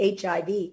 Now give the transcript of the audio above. HIV